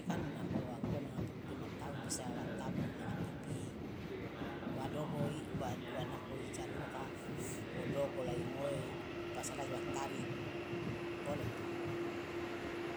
Kan nako wa gogono nanga pipi dema taon bisa wa tabung nanga pipi wa dogo wa nako ijadonoka wo dogo la ingoe pasala aje wa tarik boloto.